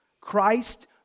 Christ